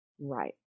Right